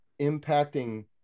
impacting